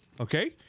Okay